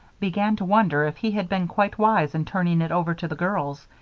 began to wonder if he had been quite wise in turning it over to the girls.